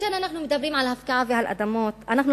לא נעים להפקיע קרקעות ביישובים שלהם והם